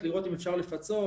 ואם בחודש מסוים אין בו עבודה,